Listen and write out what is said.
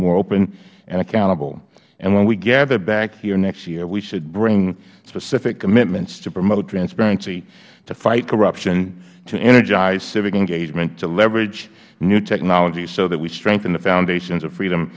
more open and accountable when we gather back here next year we should bring specific commitments to promote transparency to fight corruption to energize civic engagement to leverage new technology so that we strengthen the foundations of freedom